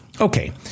Okay